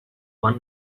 one